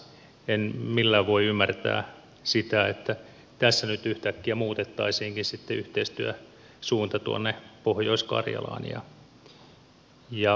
en millään voi ymmärtää sitä että tässä nyt yhtäkkiä muutettaisiinkin sitten yhteistyösuunta tuonne pohjois karjalaan ja joensuun suuntaan